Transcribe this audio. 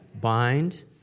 Bind